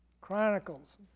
Chronicles